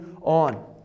on